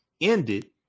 ended